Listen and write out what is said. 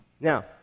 now